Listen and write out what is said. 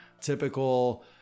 typical